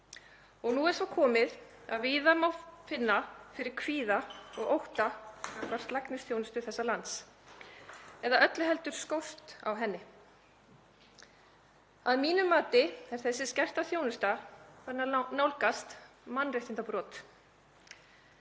Nú er svo komið að víða má finna fyrir kvíða og ótta gagnvart læknisþjónustu þessa lands eða öllu heldur skorti á henni. Að mínu mati er þessi skerta þjónusta farin að nálgast mannréttindabrot.